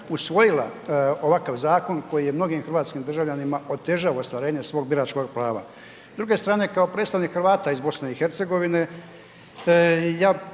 usvojila ovakav zakon, koji je mnogim hrvatskim državljanima otežava ostvarenje svog biračkoga prava.